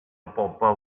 bobl